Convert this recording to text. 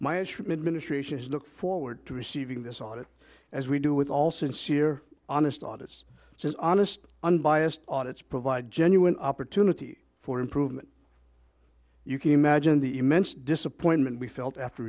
my instrument ministrations look forward to receiving this audit as we do with also in seer honest audits its honest unbiased audits provide genuine opportunity for improvement you can imagine the immense disappointment we felt after